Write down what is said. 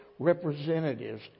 Representatives